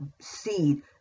seed